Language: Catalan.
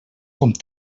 com